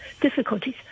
difficulties